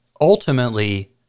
ultimately